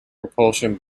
propulsion